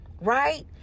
right